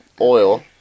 oil